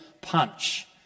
punch